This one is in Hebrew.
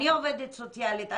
אני עובדת סוציאלית,